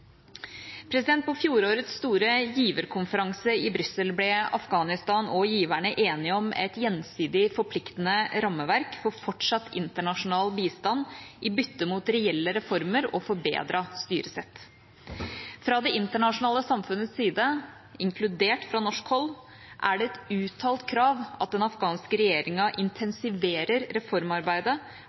På fjorårets store giverkonferanse i Brussel ble Afghanistan og giverne enige om et gjensidig forpliktende rammeverk for fortsatt internasjonal bistand i bytte mot reelle reformer og forbedret styresett. Fra det internasjonale samfunnets side, inkludert fra norsk hold, er det et uttalt krav at den afghanske regjeringa intensiverer reformarbeidet